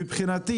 מבחינתי,